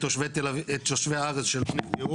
ואני גם מלווה את תשע הרשויות שנמצאות בסיכון